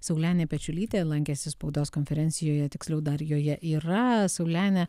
saulenė pečiulytė lankėsi spaudos konferencijoje tiksliau dar joje yra saulene